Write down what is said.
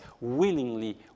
willingly